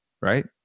Right